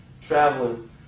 traveling